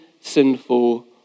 sinful